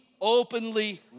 openly